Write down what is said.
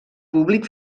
públic